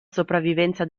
sopravvivenza